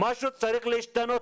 משהו צריך להשתנות.